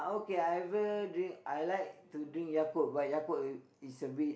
okay I ever drink I like to drink Yakult but Yakult is is a bit